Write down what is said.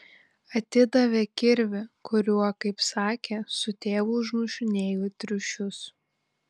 atidavė kirvį kuriuo kaip sakė su tėvu užmušinėjo triušius